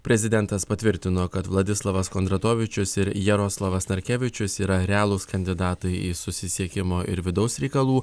prezidentas patvirtino kad vladislavas kondratovičius ir jaroslavas narkevičius yra realūs kandidatai į susisiekimo ir vidaus reikalų